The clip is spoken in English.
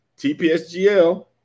TPSGL